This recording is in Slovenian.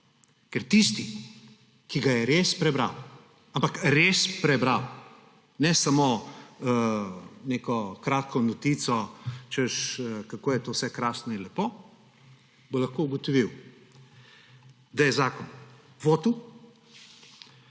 ker tisti, ki ga je res prebral, ampak res prebral, ne samo neko kratko notico, češ, kako je to vse krasno in lepo, bo lahko ugotovil, da je zakon votel